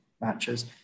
matches